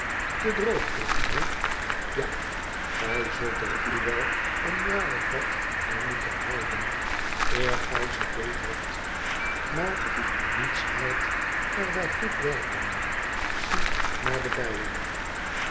te droog voor u hé ja gij zult er u wel een jaar of wat bij moeten houden eer gij ze beethebt maar niets haalt er bij goed werken zie naar de bijen